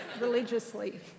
religiously